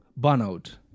burnout